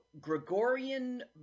Gregorian